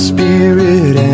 Spirit